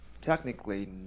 Technically